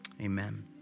Amen